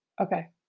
Okay